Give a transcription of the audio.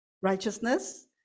righteousness